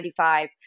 1995